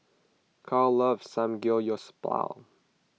Karl loves Samgyeopsal